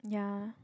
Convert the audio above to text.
yeah